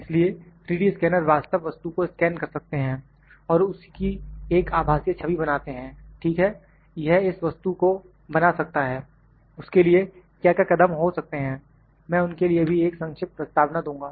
इसलिए 3D scanner वास्तव वस्तु को स्कैन कर सकते हैं और उसकी एक आभासीय छवि बनाते हैं ठीक है यह इस वस्तु को बना सकता है उसके लिए क्या क्या कदम हो सकते हैं मैं उनके लिए भी एक संक्षिप्त प्रस्तावना दूँगा